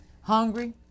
hungry